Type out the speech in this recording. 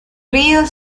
río